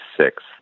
six